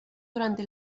durante